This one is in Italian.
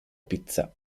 pizza